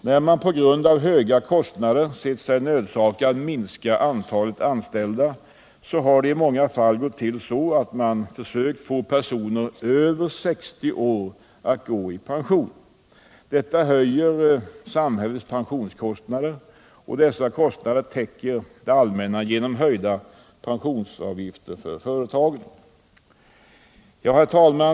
När man på grund av höga kostnader har sett sig nödsakad att minska antalet anställda har det i många fall gått till så att man har försökt få personer över 60 år att gå i pension. Detta höjer samhällets pensionskostnader, och dessa kostnader täcker det allmänna genom höjda pensionsavgifter för företagen. Herr talman!